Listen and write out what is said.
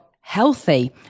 healthy